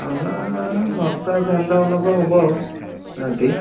ভাওনা নটা চাৰে নটা মানৰ পৰা হ'ব আৰু ৰাতি